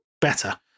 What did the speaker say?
better